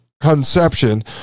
conception